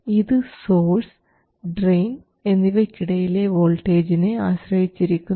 ഇത് source drain എന്നിവയ്ക്കിടയിലെ വോൾട്ടേജിനെ ആശ്രയിച്ചിരിക്കുന്നു